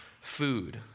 food